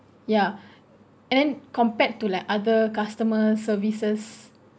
ya and then compared to like other customer services